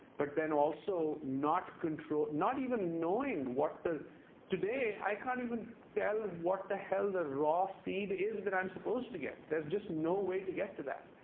but then also not control not even knowing what today i can't even tell what the hell the raw feed is that i'm supposed to get. there's just no way to get to that.